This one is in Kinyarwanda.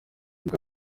bwa